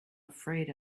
afraid